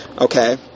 okay